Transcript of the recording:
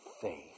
faith